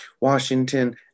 Washington